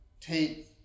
take